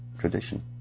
tradition